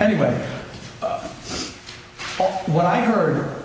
anyway what i heard